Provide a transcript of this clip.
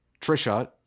Trisha